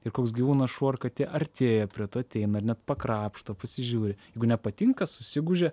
ir koks gyvūnas šuo ar katė artėja prie to ateina ar net pakrapšto pasižiūri jeigu nepatinka susigūžia